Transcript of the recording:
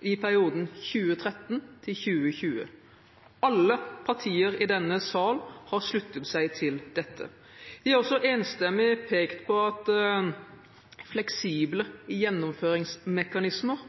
i perioden 2013–2020. Alle partier i denne sal har sluttet seg til dette. De har også enstemmig pekt på at fleksible gjennomføringsmekanismer